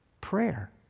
prayer